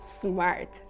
smart